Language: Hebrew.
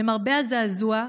למרבה הזעזוע,